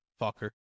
fucker